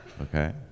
okay